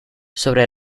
sobre